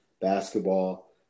basketball